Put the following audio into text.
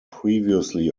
previously